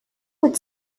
would